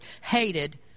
hated